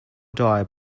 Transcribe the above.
die